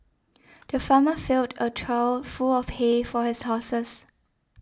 the farmer filled a trough full of hay for his horses